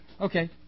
Okay